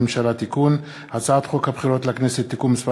חוק-יסוד: הממשלה (תיקון); הצעת חוק הבחירות לכנסת (תיקון מס'